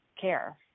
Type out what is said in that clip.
care